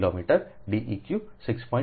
611 અને d ઓ point 4 ની સમાન